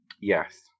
Yes